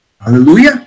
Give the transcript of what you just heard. Hallelujah